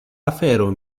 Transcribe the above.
afero